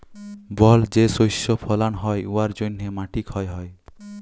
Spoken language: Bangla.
বল যে শস্য ফলাল হ্যয় উয়ার জ্যনহে মাটি ক্ষয় হ্যয়